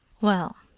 well,